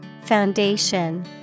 Foundation